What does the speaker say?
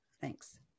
Thanks